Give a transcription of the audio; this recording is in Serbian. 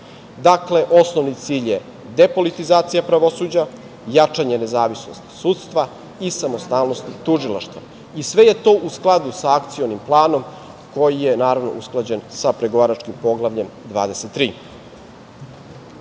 EU.Dakle, osnovni cilj je depolitizacija pravosuđa, jačanje nezavisnosti sudstva i samostalnosti tužilaštva. Sve je to u skladu sa Akcionim planom, koji je, naravno, usklađen sa pregovaračkim Poglavljem